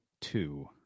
two